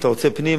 אתה רוצה פנים,